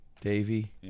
Davy